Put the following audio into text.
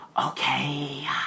Okay